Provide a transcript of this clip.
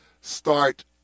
start